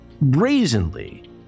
brazenly